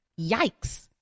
yikes